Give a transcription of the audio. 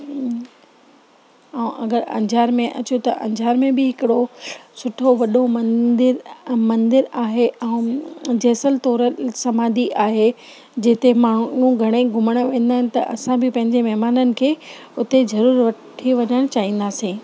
ऐं अगरि अंजार में अचूं त अंजार में बि हिकिड़ो सुठो वॾो मंदरु मंदरु आहे ऐं जेसल तोरल समाधि आहे जिते माण्हू घणे ई घुमणु वेंदा आहिनि त असां बि पंहिंजे महिमाननि खे हुते ज़रूरु वठी वञणु चाहींदासीं